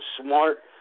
smart